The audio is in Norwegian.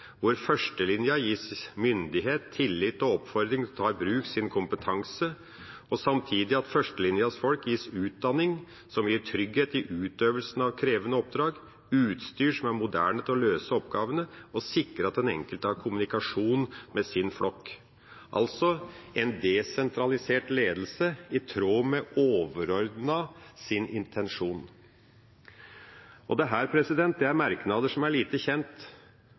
hvor førstelinja gis myndighet, tillit og oppfordring til å ta i bruk sin kompetanse, og samtidig at førstelinjas folk gis utdanning, som gir trygghet i utøvelsen av krevende oppdrag, utstyr som er moderne til å løse oppgavene, og sikre at den enkelte har kommunikasjon med sin flokk. Altså: en desentralisert ledelse i tråd med det overordnede nivåets intensjon. Dette er merknader som er lite kjent